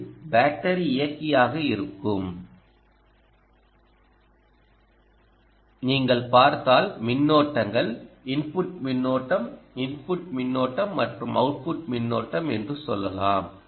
இது பேட்டரி இயக்கியாக இருக்கும் நீங்கள் பார்த்தால் மின்னோட்டங்கள் இன்புட் மின்னோட்டம் இன்புட் மின்னோட்டம் மற்றும் அவுட்புட் மின்னோட்டம் என்று சொல்லலாம்